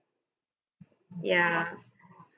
ya